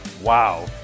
Wow